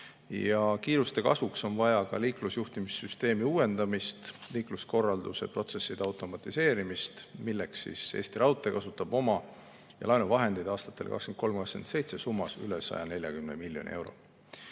Kiiruste kasvuks on vaja ka liiklusjuhtimissüsteemi uuendada ja liikluskorralduse protsesse automatiseerida, milleks Eesti Raudtee kasutab oma ja laenuvahendeid aastatel 2023–2027 üle 140 miljoni euro.